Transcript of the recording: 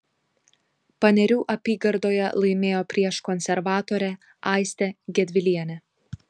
panerių apygardoje laimėjo prieš konservatorę aistę gedvilienę